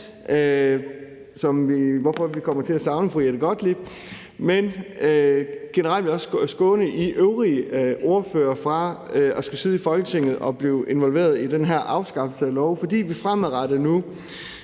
hvorfor vi kommer til at savne fru Jette Gottlieb, og generelt vil jeg også skåne jer øvrige ordførere for at skulle sidde i Folketinget og blive involveret i den her afskaffelse af love, fordi vi fremadrettet nu